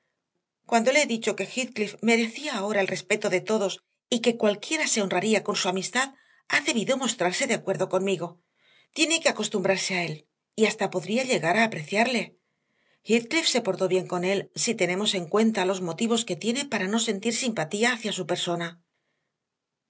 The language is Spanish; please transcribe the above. cuando le he dicho que heathcliff merecía ahora el respeto de todos y que cualquiera se honraría con su amistad ha debido mostrarse de acuerdo conmigo tiene que acostumbrarse a él y hasta podría llegar a apreciarle heathcliff se portó bien con él si tenemos en cuenta los motivos que tiene para no sentir simpatía hacia su persona